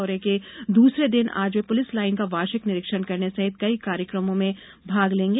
दौरे के दूसरे दिन आज वे पुलिस लाईन का वार्षिक निरीक्षण करने सहित कई कार्यक्रमों में भाग लेंगे